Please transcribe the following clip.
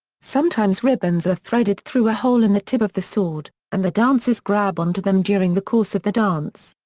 sometimes ribbons are threaded through a hole in the tip of the sword, and the dancers grab on to them during the course of the dance.